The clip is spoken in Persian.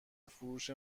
فروش